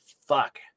fuck